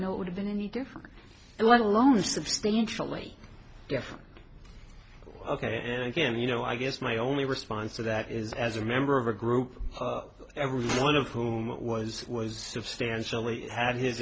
know it would have been any different and one alone is substantially different ok and i can you know i guess my only response to that is as a member of a group every one of whom was was substantially had his